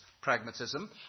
pragmatism